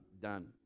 done